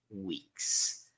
weeks